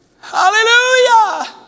Hallelujah